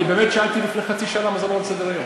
אני באמת שאלתי לפני חצי שעה למה זה לא על סדר-היום.